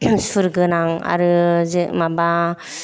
सुरगोनां आरो माबा जे